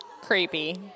Creepy